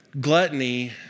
gluttony